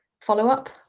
follow-up